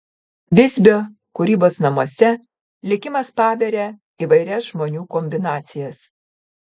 visbio kūrybos namuose likimas paberia įvairias žmonių kombinacijas